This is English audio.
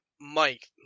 Mike